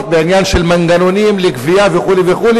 בעניין של מנגנונים לגבייה וכו' וכו',